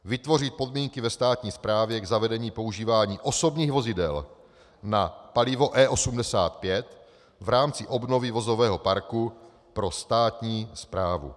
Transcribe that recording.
vytvořit podmínky ve státní správě k zavedení používání osobních vozidel na palivo E85 v rámci obnovy vozového parku pro státní správu.